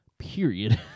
period